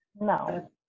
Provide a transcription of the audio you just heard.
No